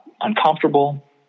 uncomfortable